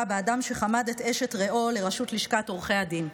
באדם שחמד את אשת רעו לרשות לשכת עורכי הדין.